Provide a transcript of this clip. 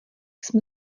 jsme